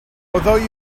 although